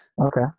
Okay